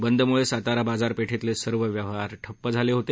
बंदमुळे सातारा बाजारपेठेतले सर्व व्यवहार ठप्प झाले होते